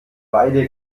weide